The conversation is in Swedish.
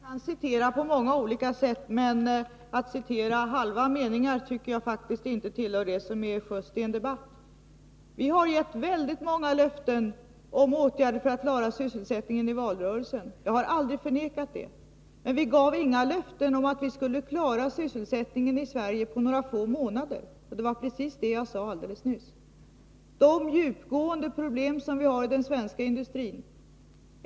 Herr talman! Man kan citera på många olika sätt, men att citera halva meningar tycker jag faktiskt inte är just i en debatt. Vi har i valrörelsen gett väldigt många löften om åtgärder för att klara sysselsättningen. Jag har aldrig förnekat det. Men vi gav inga löften om att vi skulle klara sysselsättningen i Sverige på några få månader. Det var precis vad jag sade alldeles nyss. Det är djupgående problem i den svenska industrin.